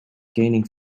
gaining